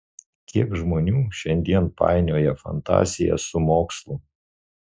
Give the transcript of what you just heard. kiek žmonių šiandien painioja fantaziją su mokslu